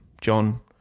John